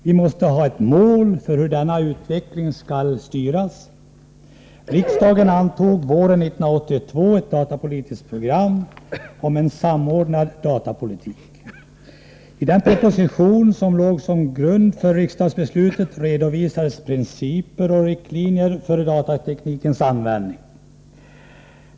Vi måste ha ett mål för hur denna utveckling skall styras. Riksdagen antog våren 1982 ett datapolitiskt program om en samordnad datapolitik. I den proposition som låg till grund för riksdagsbeslutet redovisades principer och riktlinjer för datateknikens användning.